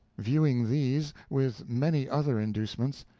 viewing these, with many other inducements,